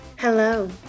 Hello